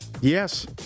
Yes